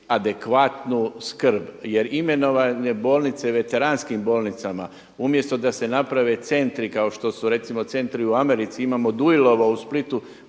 adekvatnu skrb jer imenovanje bolnice veteranskim bolnicama umjesto da se naprave centri kao što su recimo centri u Americi. Imamo Dujlovo u Splitu